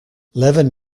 levin